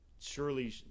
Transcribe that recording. surely